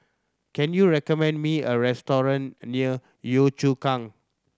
can you recommend me a restaurant near Yio Chu Kang